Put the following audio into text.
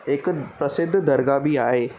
हिकु प्रसिद्ध दरगाह बि आहे